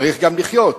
"צריך גם לחיות,